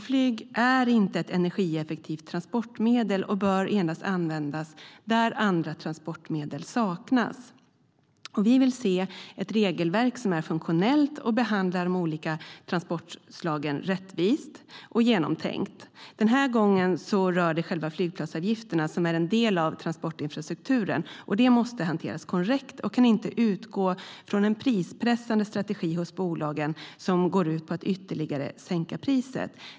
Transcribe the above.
Flyg är inte ett energieffektivt transportmedel och bör endast användas där andra transportmedel saknas. Vi vill se ett funktionellt regelverk som behandlar de olika transportslagen rättvist och genomtänkt. Den här gången rör ärendet själva flygplatsavgifterna, som är en del av transportinfrastrukturen. De måste hanteras korrekt, och de kan inte utgå från en prispressande strategi hos bolagen som går ut på att ytterligare sänka priset.